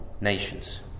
nations